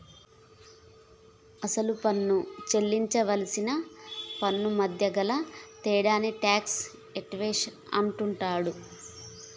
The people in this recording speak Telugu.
అసలు పన్ను సేల్లించవలసిన పన్నుమధ్య గల తేడాని టాక్స్ ఎవేషన్ అంటుండ్రు